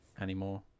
anymore